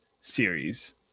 series